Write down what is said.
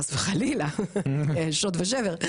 חס וחלילה שוד ושבר.